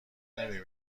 نمی